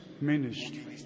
ministry